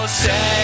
say